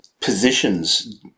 positions